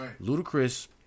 Ludacris